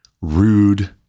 rude